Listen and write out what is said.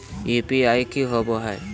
UPI की होबो है?